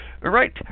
right